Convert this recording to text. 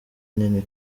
nini